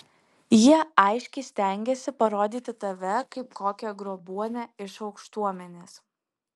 jie aiškiai stengiasi parodyti tave kaip kokią grobuonę iš aukštuomenės